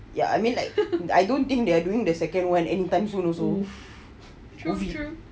ya I mean like I don't think they are doing the second [one] anytime soon also COVID